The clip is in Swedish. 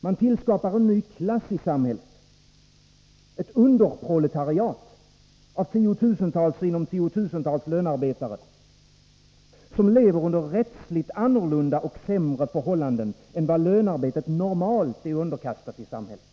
Man tillskapar en ny klass i samhället, ett underproletariat av 10 000 sinom 10 000 lönarbetare, som lever under rättsligt annorlunda och sämre förhållanden än vad lönarbetet normalt är underkastat i samhället.